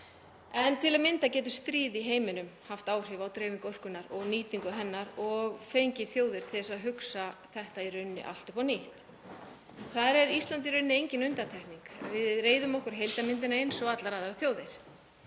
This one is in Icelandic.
Til að mynda getur stríð í heiminum haft áhrif á dreifingu orkunnar og nýtingu hennar og fengið þjóðir til að hugsa þetta í rauninni allt upp á nýtt. Þar er Ísland í rauninni engin undantekning, við reiðum okkur á heildarmyndina eins og allar aðrar þjóðir.